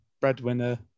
Breadwinner